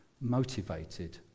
Motivated